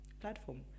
platform